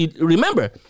remember